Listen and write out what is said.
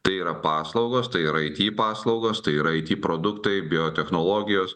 tai yra paslaugos tai ir ai ty paslaugos tai ir ai ty produktai biotechnologijos